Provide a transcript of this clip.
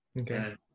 Okay